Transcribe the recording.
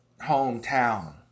hometown